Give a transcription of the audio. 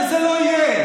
וזה לא יהיה.